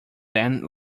then